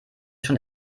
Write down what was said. schon